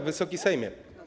Wysoki Sejmie!